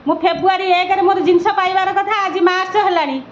ମୁଁ ଫେବୃଆରୀ ଏକାରେ ମୋର ଜିନିଷ ପାଇବାର କଥା ଆଜି ମାର୍ଚ୍ଚ ହେଲାଣି